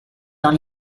dans